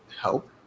help